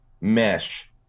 mesh